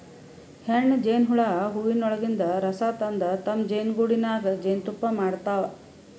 ಹೆಣ್ಣ್ ಜೇನಹುಳ ಹೂವಗೊಳಿನ್ದ್ ರಸ ತಂದ್ ತಮ್ಮ್ ಜೇನಿಗೂಡಿನಾಗ್ ಜೇನ್ತುಪ್ಪಾ ಮಾಡ್ತಾವ್